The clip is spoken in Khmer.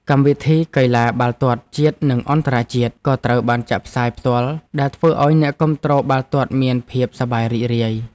កម្មវិធីកីឡាបាល់ទាត់ជាតិនិងអន្តរជាតិក៏ត្រូវបានចាក់ផ្សាយផ្ទាល់ដែលធ្វើឱ្យអ្នកគាំទ្របាល់ទាត់មានភាពសប្បាយរីករាយ។